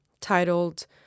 titled